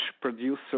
producer